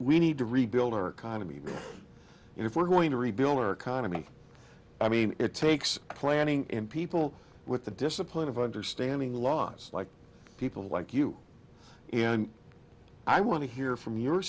we need to rebuild our economy and if we're going to rebuild our economy i mean it takes planning and people with the discipline of understanding laws like people like you and i want to hear from your